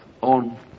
on